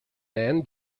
man